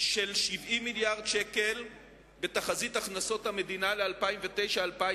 של 70 מיליארד שקל בתחזית הכנסות המדינה ל-2009 2010,